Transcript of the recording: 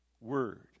word